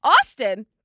Austin